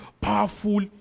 Powerful